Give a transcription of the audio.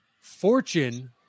Fortune